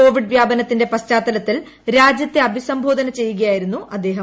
Covid വ്യാപനത്തിന്റെ പശ്ചാത്തലത്തിൽ രാജ്യത്തെ അഭിസംബോധന ചെയ്യുകയായിരുന്നു അദ്ദേഹം